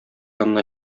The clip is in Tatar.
янына